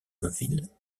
ville